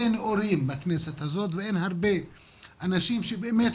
נאורים בכנסת הזאת ואין הרבה אנשים שבאמת